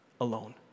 alone